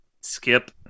skip